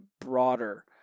broader